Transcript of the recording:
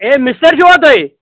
A مِستٔرۍ چھِوا تُہۍ